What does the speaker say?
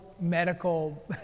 medical